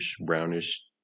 brownish